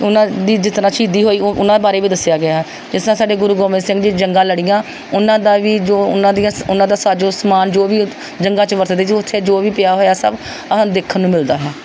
ਉਹਨਾਂ ਦੀ ਜਿਸ ਤਰ੍ਹਾਂ ਸ਼ਹੀਦੀ ਹੋਈ ਉਹ ਉਹਨਾਂ ਬਾਰੇ ਵੀ ਦੱਸਿਆ ਗਿਆ ਜਿਸ ਤਰ੍ਹਾਂ ਸਾਡੇ ਗੁਰੂ ਗੋਬਿੰਦ ਸਿੰਘ ਜੀ ਜੰਗਾਂ ਲੜੀਆਂ ਉਹਨਾਂ ਦਾ ਵੀ ਜੋ ਉਹਨਾਂ ਦੀਆਂ ਸ ਉਹਨਾਂ ਦਾ ਸਾਜੋ ਸਮਾਨ ਜੋ ਵੀ ਜੰਗਾਂ 'ਚ ਵਰਤਦੇ ਜੋ ਉੱਥੇ ਜੋ ਵੀ ਪਿਆ ਹੋਇਆ ਸਭ ਅ ਸਾਨੂੰ ਦੇਖਣ ਨੂੰ ਮਿਲਦਾ ਹੈ